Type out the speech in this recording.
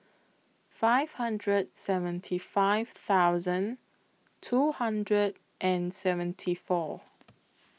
five hundred seventy five thousand two hundred and seventy four